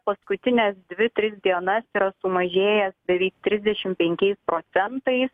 paskutines dvi tris dienas yra sumažėjęs beveik trisdešim penkiais procentais